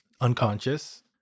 unconscious